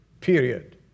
Period